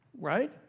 right